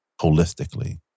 holistically